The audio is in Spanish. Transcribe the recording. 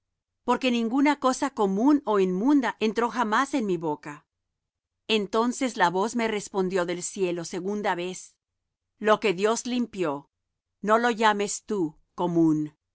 porque ninguna cosa común ó inmunda entró jamás en mi boca entonces la voz me respondió del cielo segunda vez lo que dios limpió no lo llames tú común